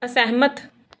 ਅਸਹਿਮਤ